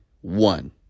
one